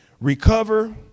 recover